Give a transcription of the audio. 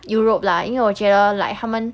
europe lah 因为我觉得 like 他们